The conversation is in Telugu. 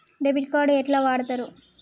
డెబిట్ కార్డు ఎట్లా వాడుతరు?